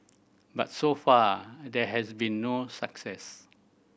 but so far there has been no success